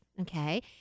okay